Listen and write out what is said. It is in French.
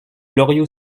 loriot